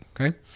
Okay